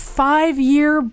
five-year